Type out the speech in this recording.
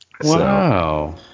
wow